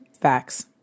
Facts